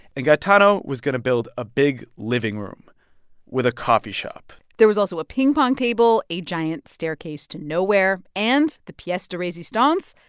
and gaetano was going to build a big living room with a coffee shop there was also a ping-pong table, a giant staircase to nowhere and, the piece de resistance,